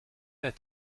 that